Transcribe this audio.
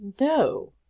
No